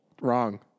Wrong